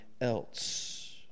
else